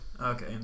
Okay